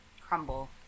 crumble